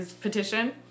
petition